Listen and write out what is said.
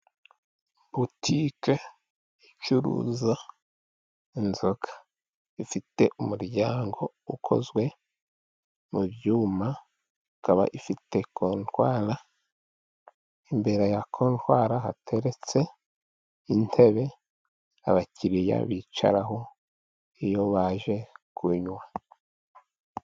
Butike icuruza inzoga, ifite umuryango ukozwe mu byuma, ikaba ifite kontwara, imbere ya kontwara hateretse intebe abakiriya bicaraho, iyo baje kunywa.